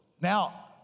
now